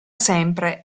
sempre